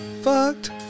fucked